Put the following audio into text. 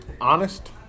Honest